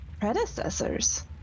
predecessors